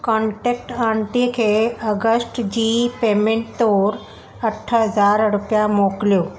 contact aunty खे August जी payment तोर अठ हज़ार रुपिया मोकिलियो